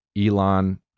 elon